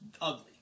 ugly